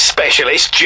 Specialist